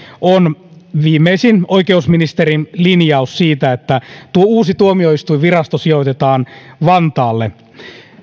on viimeisin oikeusministerin linjaus siitä että uusi tuomioistuinvirasto sijoitetaan vantaalle